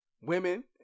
women